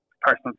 personal